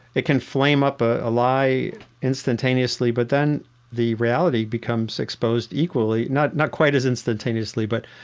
it can flame up a lie instantaneously, but then the reality becomes exposed equally. not not quite as instantaneously, but,